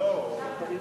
ועדת הכספים.